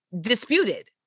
disputed